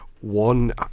one